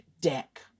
Deck